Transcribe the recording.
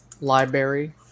Library